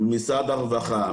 ממשרד הרווחה,